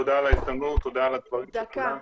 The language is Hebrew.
תודה על ההזדמנות, תודה על הדברים של כולם.